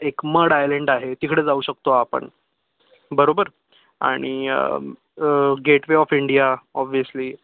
एक मढ आयलंड आहे तिकडे जाऊ शकतो आपण बरोबर आणि gateway of India obviously